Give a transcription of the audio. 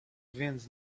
winds